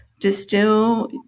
distill